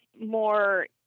more